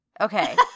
Okay